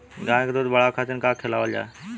गाय क दूध बढ़ावे खातिन का खेलावल जाय?